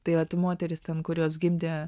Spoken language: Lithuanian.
tai vat moterys ten kurios gimdė